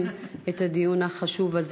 אתה מוזמן לסכם את הדיון החשוב הזה.